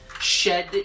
shed